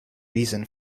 reason